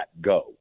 go